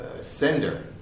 sender